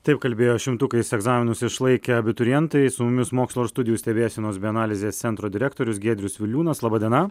taip kalbėjo šimtukais egzaminus išlaikę abiturientai su mumis mokslo ir studijų stebėsenos bei analizės centro direktorius giedrius viliūnas laba diena